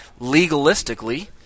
legalistically